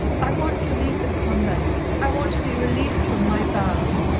i want to leave the convent i want to be released from my vows.